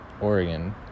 Oregon